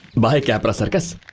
bye, capracircus.